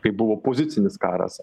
kai buvo pozicinis karas